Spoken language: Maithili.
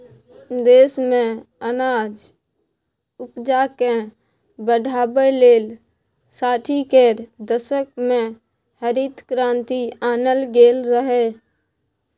देश मे अनाज उपजाकेँ बढ़ाबै लेल साठि केर दशक मे हरित क्रांति आनल गेल रहय